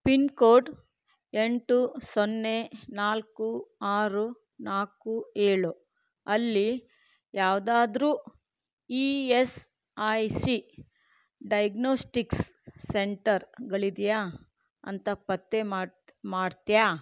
pin code ಎಂಟು ಸೊನ್ನೆ ನಾಲ್ಕು ಆರು ನಾಲ್ಕು ಏಳು ಅಲ್ಲಿ ಯಾವುದಾದ್ರೂ E S I C diagnostics ಸೆಂಟರ್ಗಳಿವ್ಯಾ ಅಂತ ಪತ್ತೆ ಮಾಡ್ತ ಮಾಡ್ತೀಯಾ